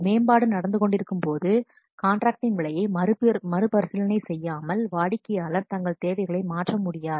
மேம்பாடு நடந்துகொண்டிருக்கும்போது கான்ட்ராக்டின் விலையை மறுபரிசீலனை செய்யாமல் வாடிக்கையாளர் தங்கள் தேவைகளை மாற்ற முடியாது